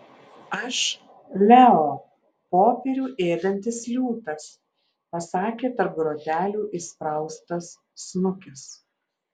aš leo popierių ėdantis liūtas pasakė tarp grotelių įspraustas snukis